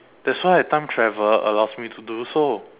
that's why time travel allows me to do so